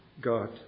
God